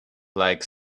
like